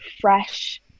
fresh